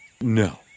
no